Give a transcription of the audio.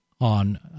On